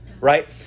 right